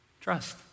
trust